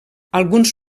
alguns